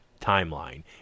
timeline